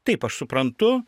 taip aš suprantu